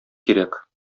кирәк